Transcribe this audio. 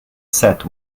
set